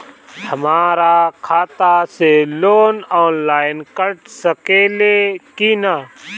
हमरा खाता से लोन ऑनलाइन कट सकले कि न?